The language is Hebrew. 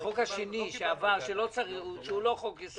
השני שעבר הוא לא חוק יסוד.